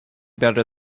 better